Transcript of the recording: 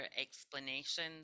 explanation